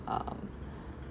um